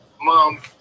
mom